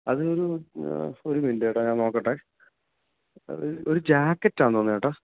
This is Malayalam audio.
അതൊരു ഒരു മിനിറ്റ് ചേട്ടാ ഞാൻ നോക്കട്ടെ അത് ഒരു ജാക്കറ്റ് ആണെന്ന് തോന്നുന്നു ചേട്ടാ